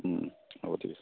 হ'ব ঠিক আছে